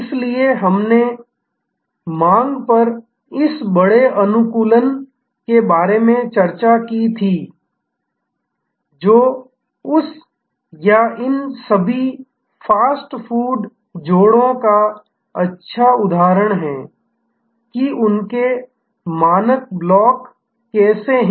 इसलिए हमने मांग पर इस बड़े अनुकूलन के बारे में चर्चा की थी जो उस या इन सभी फास्ट फूड जोड़ों का एक अच्छा उदाहरण है कि उनके मानक ब्लॉक कैसे हैं